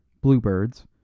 bluebirds